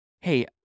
hey